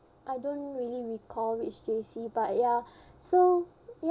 I don't really recall which J_C but ya so